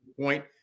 point